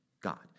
God